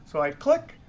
so i click.